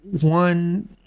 one